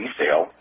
sale